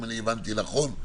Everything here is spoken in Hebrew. אם הבנתי נכון,